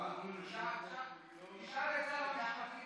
אבל אני לא מאחל לו הצלחה בנושא הזה.